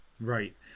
right